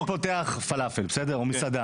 אם אני פותח פלאפל או מסעדה,